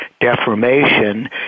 Deformation